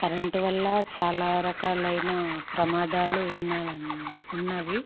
current వల్ల చాలా రకాలైన ప్రమాదాలు ఉన్నవి అండి ఉన్నవి